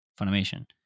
Funimation